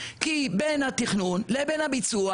כי בין התכנון לבין הביצוע